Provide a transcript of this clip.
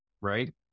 right